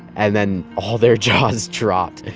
and then all their jaws dropped.